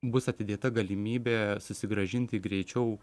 bus atidėta galimybė susigrąžinti greičiau